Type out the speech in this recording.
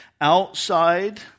outside